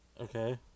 Okay